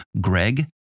greg